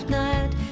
night